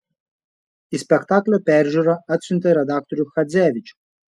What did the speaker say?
į spektaklio peržiūrą atsiuntė redaktorių chadzevičių